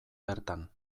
bertan